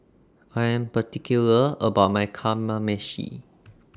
I Am particular about My Kamameshi